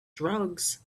drugs